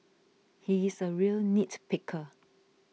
he is a real nitpicker